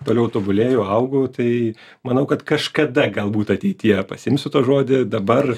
toliau tobulėju augu tai manau kad kažkada galbūt ateityje pasiimsiu tą žodį dabar